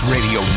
Radio